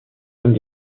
comme